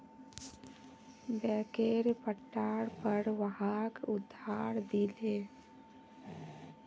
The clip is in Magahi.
बैंकेर पट्टार पर वहाक उधार दिले